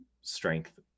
strength